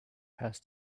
has